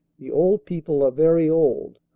the old people are very old,